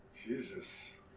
Jesus